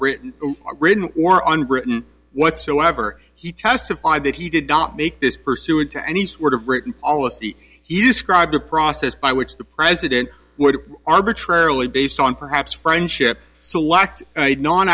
written written or on britain whatsoever he testified that he did not make this pursuant to any sort of written policy he described a process by which the president arbitrarily based on perhaps friendship